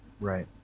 Right